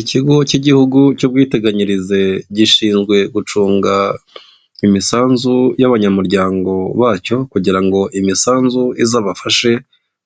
Ikigo cy'igihugu cy'ubwiteganyirize gishinzwe gucunga imisanzu y'abanyamuryango bacyo, kugira ngo imisanzu izabafashe